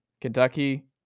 Kentucky